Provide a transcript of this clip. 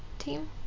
Team